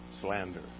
slander